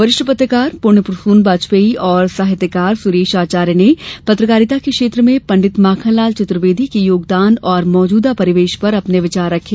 वरिष्ठ पत्रकार पृण्य प्रसून वाजपेयी और साहित्यकार सुरेश आचार्य ने पत्रकारिता के क्षेत्र में पंडित माखनलाल चतुर्वेदी के योगदान और मौजूदा परिवेश पर अपने विचार रखे